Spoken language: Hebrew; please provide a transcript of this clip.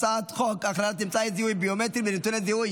הצעת חוק הכללת אמצעי זיהוי ביומטריים ונתוני זיהוי